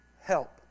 help